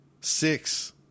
Six